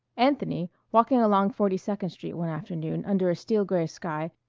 anthony, walking along forty-second street one afternoon under a steel-gray sky,